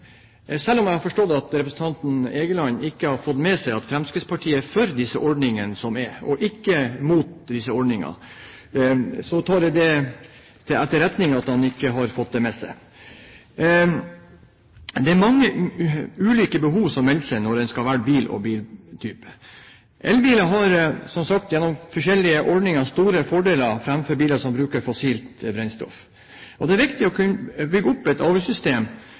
Jeg har forstått at representanten Egeland ikke har fått med seg at Fremskrittspartiet er for de ordningene som er, og ikke imot dem. Jeg tar det til etterretning. Det er mange ulike behov som melder seg når en skal velge bil og biltype. Elbiler har, som sagt, gjennom forskjellige ordninger store fordeler framfor biler som bruker fossilt brennstoff. Det er viktig å kunne bygge opp et